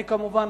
אני כמובן,